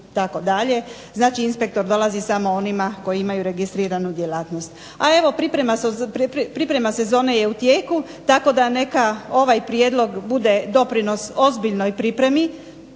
znači inspektor dolazi samo onima koji imaju registriranu djelatnost. A evo priprema sezone je u tijeku, tako da neka ovaj prijedlog bude doprinos ozbiljnoj pripremi,